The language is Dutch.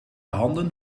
handen